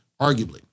arguably